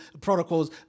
protocols